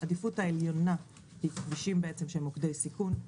העדיפות העליונה היא כבישים של מוקדי סיכון,